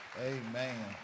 Amen